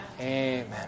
Amen